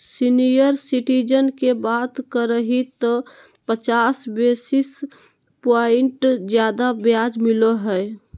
senior citizen के बात करही त पचास बेसिस प्वाइंट ज्यादा ब्याज मिलो हइ